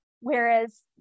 whereas